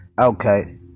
Okay